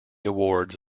awards